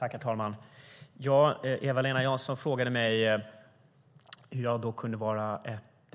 Herr talman! Eva-Lena Jansson frågade mig hur jag kunde vara